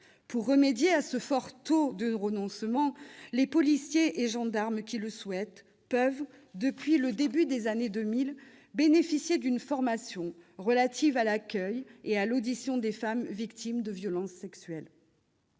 Pour remédier à cette situation, les policiers et gendarmes qui le souhaitent peuvent, depuis le début des années 2000, bénéficier d'une formation relative à l'accueil et à l'audition des femmes victimes de violences sexuelles.